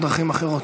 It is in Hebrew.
בדרכים אחרות.